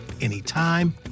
anytime